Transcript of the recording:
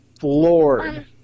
floored